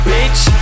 Bitch